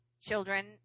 children